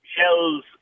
Shells